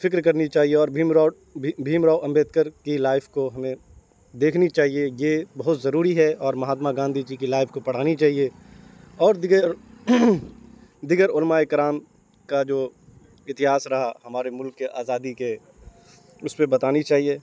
فکر کرنی چاہیے اور بھیم راؤ بھیم راؤ امبیڈکر کی لائف کو ہمیں دیکھنی چاہیے یہ بہت ضروری ہے اور مہاتما گاندھی جی کی لائف کو پڑھانی چاہیے اور دیگر دیگر علماء کرام کا جو اتہاس رہا ہمارے ملک کی آزادی کے اس پہ بتانی چاہیے